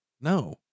no